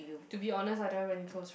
to be honest I don't have any close